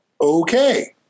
Okay